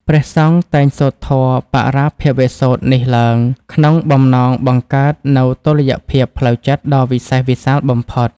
ព្រះសង្ឃតែងសូត្រធម៌បរាភវសូត្រនេះឡើង ក្នុងបំណងបង្កើតនូវតុល្យភាពផ្លូវចិត្តដ៏វិសេសវិសាលបំផុត។